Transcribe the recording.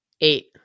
Eight